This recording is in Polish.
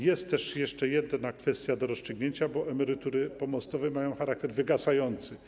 Jest jeszcze jedna kwestia do rozstrzygnięcia, bo emerytury pomostowe mają charakter wygasający.